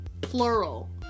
plural